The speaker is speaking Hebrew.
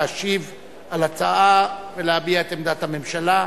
להשיב על ההצעה ולהביע את עמדת הממשלה.